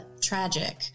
tragic